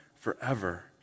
forever